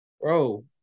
bro